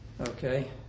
Okay